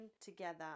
together